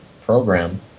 program